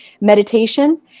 meditation